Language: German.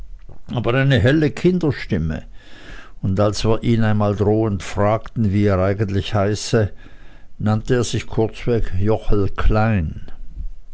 aber eine helle kinderstimme und als wir ihn einmal drohend fragten wie er eigentlich heiße nannte er sich kurzweg jochel klein